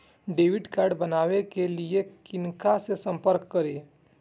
Debit card बनावे के लिए किनका से संपर्क करी?